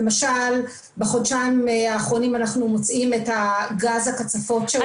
למשל בחודשיים האחרונים אנחנו מוצאים את גז הקצפות שעולה.